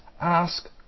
ask